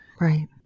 Right